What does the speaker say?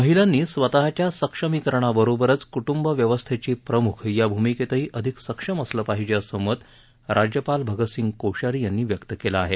महिलांनी स्वतच्या सक्षमीकरणाबरोबरच कुटुंबव्यवस्थेची प्रमुख या भूमिकेतही अधिक सक्षम असलं पाहिजे असं मत राज्यपाल भगतसिंह कोश्यारी यांनी व्यक्त केलं आहे